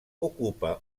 ocupa